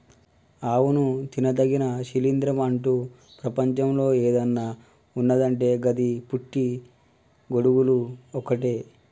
అవును తినదగిన శిలీంద్రం అంటు ప్రపంచంలో ఏదన్న ఉన్నదంటే గది పుట్టి గొడుగులు ఒక్కటే